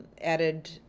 Added